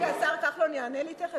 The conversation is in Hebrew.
רגע, השר כחלון יענה לי תיכף?